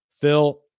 Phil